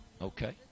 Okay